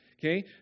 Okay